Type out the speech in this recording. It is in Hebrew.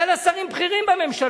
היו לה שרים בכירים בממשלה.